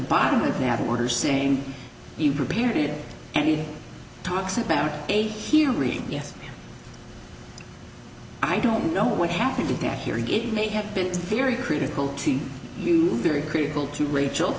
bottom and now the order saying you prepared it and it talks about eight hearing yes i don't know what happened to the hearing it may have been very critical to you very critical to rachel